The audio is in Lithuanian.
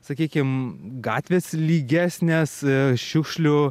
sakykim gatvės lygesnės šiukšlių